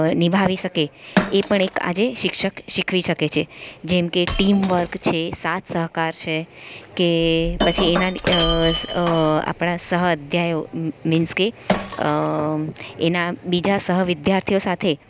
નિભાવી શકે એ પણ આજે શિક્ષક શીખવી શકે છે જેમ ટીમ વર્ક છે એ સાથ સહકાર છે કે પછી એના આપણા સહાધ્યાઈઓ મિન્સ કે એના બીજા સહ વિદ્યાર્થીઓ સાથે